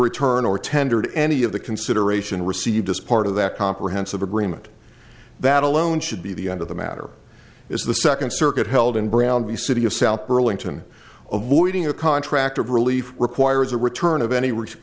return or tendered any of the consideration received just part of that comprehensive agreement that alone should be the end of the matter is the second circuit held in brown v city of south burlington avoiding a contract of relief requires the return of any